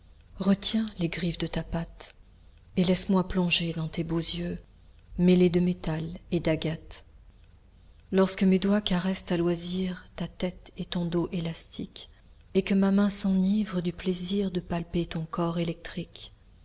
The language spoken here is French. retiens les griffes de ta patte et laisse-moi plonger dans tes beaux yeux mêlés de métal et d'agate lorsque mes doigts caressent à loisir ta tête et ton dos élastique et que ma main s'enivre du plaisir de palper ton corps électrique